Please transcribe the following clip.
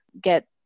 get